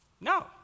No